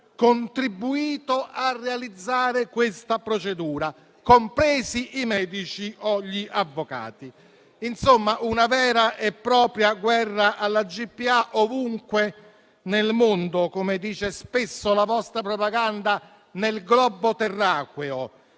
contribuito a realizzare questa procedura, compresi i medici o gli avvocati: insomma una vera e propria guerra alla gestazione per altri, ovunque nel mondo; come dice spesso la vostra propaganda, "nel globo terracqueo",